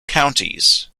counties